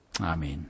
Amen